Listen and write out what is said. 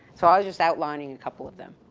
so i was just outlining a couple of them.